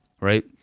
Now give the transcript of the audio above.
right